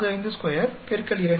452 X 2 6